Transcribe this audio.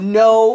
no